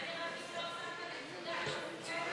זה היה נראה כאילו לא שמת נקודה, יוסי.